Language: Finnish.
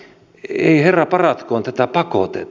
ei herra paratkoon tätä pakoteta